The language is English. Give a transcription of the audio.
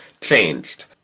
changed